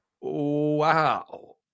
Wow